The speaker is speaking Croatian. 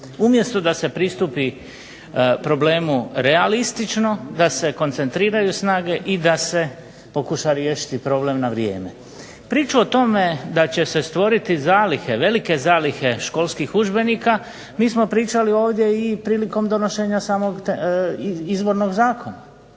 umjesto da se pristupi problemu realistično, da se koncentriraju snage i da se pokuša riješiti problem na vrijeme. Priču o tome da će se stvoriti zalihe, velike zalihe školskih udžbenika mi smo pričali ovdje i prilikom donošenja samog izvornog zakona,